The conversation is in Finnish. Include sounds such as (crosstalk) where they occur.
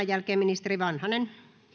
(unintelligible) jälkeen ministeri vanhanen